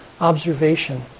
observation